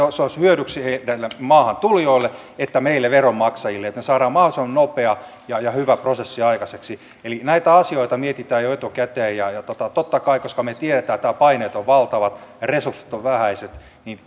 se olisi hyödyksi sekä näille maahantulijoille että meille veronmaksajille että me saamme mahdollisimman nopean ja ja hyvän prosessin aikaiseksi eli näitä asioita mietitään jo etukäteen ja totta kai koska me tiedämme että paineet ovat valtavat ja resurssit ovat vähäiset